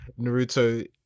Naruto